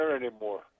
Anymore